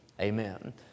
amen